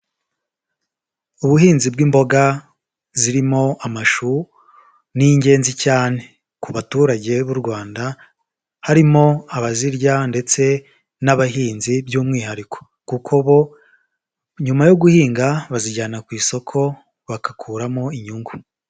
Ubuhinzi bw'imboga zirimo amashu ni ingenzi cyane ku baturage b'u Rwanda, harimo abazirya ndetse n'abahinzi by'umwihariko kuko bo nyuma yo guhinga bazijyana ku isoko bagakuramo inyungu.